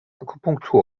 akupunktur